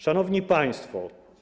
Szanowni Państwo!